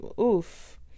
oof